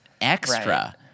extra